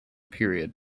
period